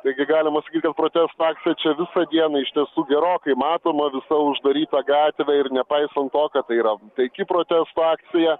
taigi galima sakyt kad protesto akcija čia visą dieną iš tiesų gerokai matoma visa uždaryta gatvė ir nepaisant to kad tai yra taiki protesto akcija